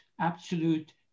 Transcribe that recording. absolute